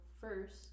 first